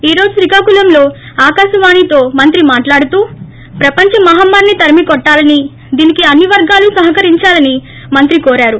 ఈ రోజు శ్రీకాకుళంలో ఆకాశవాణితో మంత్రీ మాట్లాడుతూ ప్రపంచ మహమ్మారిని తరిమికోట్లాలని దీనికి అన్ని వర్గాలు సహకరించాలని మంత్రి కోరారు